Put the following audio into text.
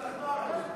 השתכנענו.